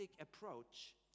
approach